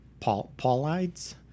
Paulides